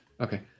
Okay